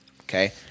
Okay